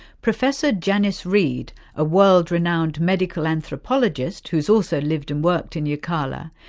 professor janice reid, a world renowned medical anthropologist who has also lived and worked in yirrkala,